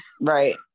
Right